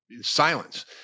silence